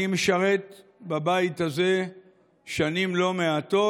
אני משרת בבית הזה שנים לא מעטות,